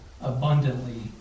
abundantly